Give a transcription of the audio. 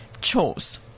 chores